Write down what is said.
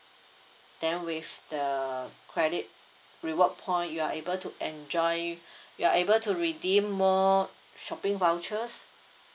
then with the credit reward point you are able to enjoy you are able to redeem more shopping vouchers